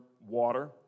water